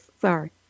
sorry